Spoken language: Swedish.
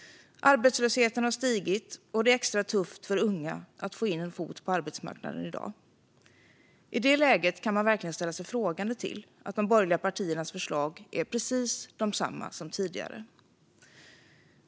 Arbetslösheten har stigit, och det är extra tufft för unga att få in en fot på arbetsmarknaden i dag. I det läget kan man verkligen ställa sig frågande till att de borgerliga partiernas förslag är precis desamma som tidigare.